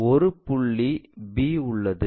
ஒரு புள்ளி b உள்ளது